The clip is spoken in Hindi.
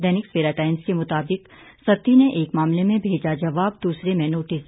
दैनिक सवेरा टाइम्स के मुताबिक सत्ती ने एक मामले में भेजा जवाब दूसरे में नोटिस